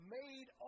made